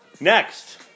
Next